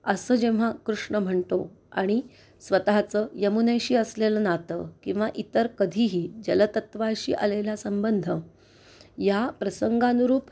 असं जेव्हा कृष्ण म्हणतो आणि स्वतःचं यमुनेशी असलेलं नातं किंवा इतर कधीही जलतत्त्वाशी आलेला संबंध या प्रसंगानुरूप